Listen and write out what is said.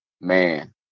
Man